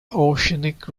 oceanic